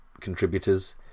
contributors